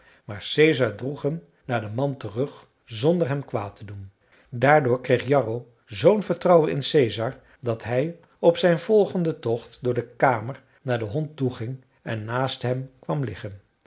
maar caesar droeg hem naar de mand terug zonder hem kwaad te doen daardoor kreeg jarro zoo'n vertrouwen in caesar dat hij op zijn volgenden tocht door de kamer naar den hond toeging en naast hem kwam liggen